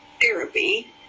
therapy